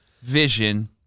vision